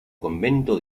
convento